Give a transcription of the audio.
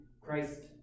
Christ